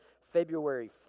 February